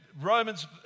Romans